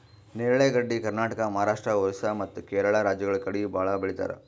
ನೇರಳೆ ಗಡ್ಡಿ ಕರ್ನಾಟಕ, ಮಹಾರಾಷ್ಟ್ರ, ಓರಿಸ್ಸಾ ಮತ್ತ್ ಕೇರಳ ರಾಜ್ಯಗಳ್ ಕಡಿ ಭಾಳ್ ಬೆಳಿತಾರ್